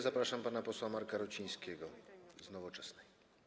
Zapraszam pana posła Marka Rucińskiego z Nowoczesnej.